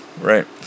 Right